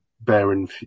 bearing